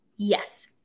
Yes